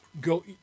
go –